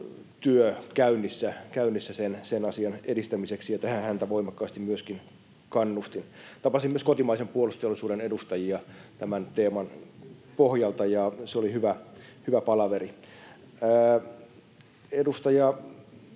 työ käynnissä sen asian edistämiseksi, ja tähän häntä voimakkaasti myöskin kannustin. Tapasin myös kotimaisen puolustusteollisuuden edustajia tämän teeman pohjalta, ja se oli hyvä palaveri. Edustaja